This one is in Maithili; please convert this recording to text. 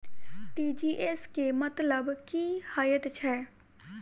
टी.जी.एस केँ मतलब की हएत छै?